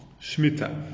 Shmita